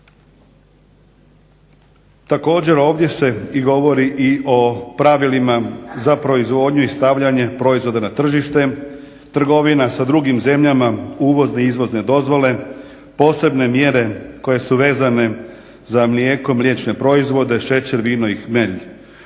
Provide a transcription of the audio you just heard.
Također, ovdje se i govori i o pravilima za proizvodnju i stavljanje proizvoda na tržište, trgovina sa drugim zemljama, uvozne i izvozne dozvole, posebne mjere koje su vezane za mlijeko, mliječne proizvode, šećer, vino i hmelj.